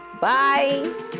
bye